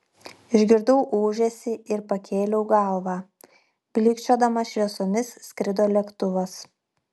išgirdau ūžesį ir pakėliau galvą blykčiodamas šviesomis skrido lėktuvas